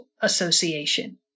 Association